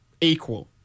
equal